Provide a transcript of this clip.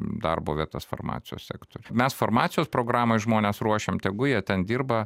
darbo vietas farmacijos sektoriuj mes farmacijos programoj žmones ruošiam tegu jie ten dirba